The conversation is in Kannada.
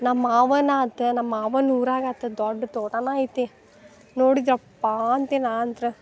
ನಮ್ಮ ಮಾವನಾತೆ ನಮ್ಮ ಮಾವನ ಊರಾಗಾತದು ದೊಡ್ಡ ತೋಟನ ಐತಿ ನೋಡಿದ್ರೆಪ್ಪ ಅಂತಿ ನಾ ಅಂತ್ರ